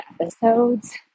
episodes